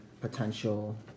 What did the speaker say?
potential